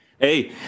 Hey